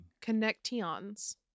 Connections